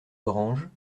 granges